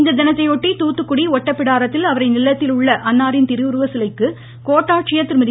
இத்தினத்தையொட்டி தூத்துக்குடி ஒட்டப்பிடாரத்தில் அவரின் இல்லத்தில் உள்ள அன்னாரின் திருவருவச் சிலைக்கு கோட்டாட்சியர் திருமதி